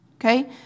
Okay